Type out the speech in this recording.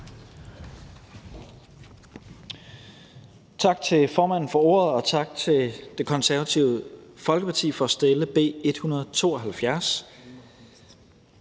Tak til formanden for ordet, og tak til Det Konservative Folkeparti for at fremsætte B 172,